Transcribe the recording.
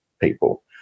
people